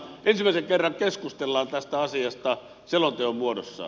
ensimmäisen kerran keskustellaan tästä asiasta selonteon muodossa